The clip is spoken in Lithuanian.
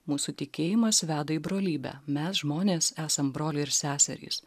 mūsų tikėjimas veda į brolybę mes žmonės esam broliai ir seserys